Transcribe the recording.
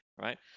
right